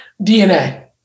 DNA